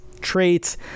traits